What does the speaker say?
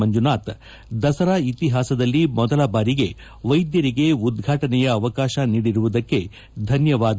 ಮಂಜುನಾಥ್ ದಸರಾ ಇತಿಹಾಸದಲ್ಲಿ ಮೊದಲ ಬಾರಿಗೆ ವೈದ್ಯರಿಗೆ ಉದ್ವಾಟನೆಯ ಅವಕಾಶ ನೀಡಿರುವುದಕ್ಕೆ ಧನ್ಯವಾದ